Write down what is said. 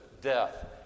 death